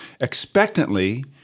expectantly